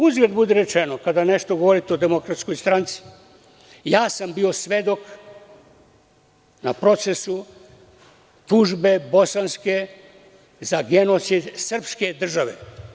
Uzgred budi rečeno, kada nešto govorite o DS, ja sam bio svedok na procesu tužbe bosanske za genocid srpske države.